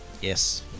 Yes